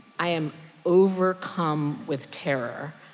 i am overcome with terror.